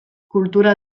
kultura